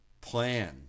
plan